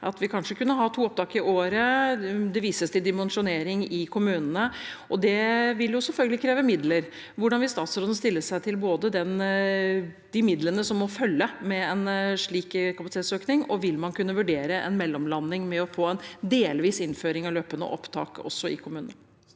at vi kanskje kunne ha to opptak i året. Det vises til dimensjonering i kommunene, og det vil selvfølgelig kreve midler. Hvordan vil statsråden stille seg til de midlene som må følge med en slik kapasitetsøkning, og vil man kunne vurdere en mellomlanding ved å få en delvis innføring av løpende opptak i kommunene?